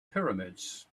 pyramids